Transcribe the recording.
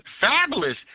Fabulous